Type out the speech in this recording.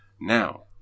Now